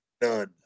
none